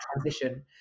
transition